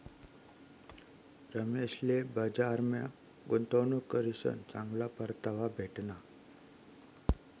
रमेशले बजारमा गुंतवणूक करीसन चांगला परतावा भेटना